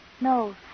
No